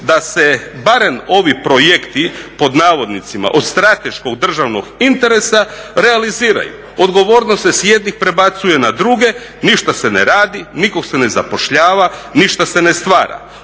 Da se barem ovi projekti pod navodnicima "od strateškog državnog interesa" realiziraju. Odgovornost se s jednih prebacuje na druge, ništa se ne radi, nikog se ne zapošljava, ništa se ne stvara.